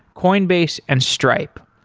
coinbase and stripe.